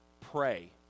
pray